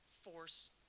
force